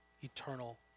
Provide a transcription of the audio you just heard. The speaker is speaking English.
eternal